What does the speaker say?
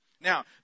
Now